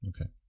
okay